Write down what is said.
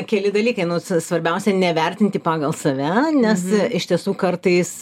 keli dalykai nu svarbiausia ne vertinti pagal save nes iš tiesų kartais